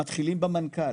מתחילים במנכ"ל,